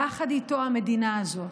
יחד איתו, המדינה הזאת.